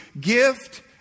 Gift